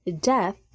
death